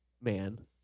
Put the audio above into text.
man